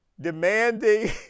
demanding